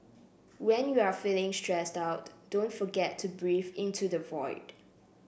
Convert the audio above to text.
when you are feeling stressed out don't forget to breathe into the void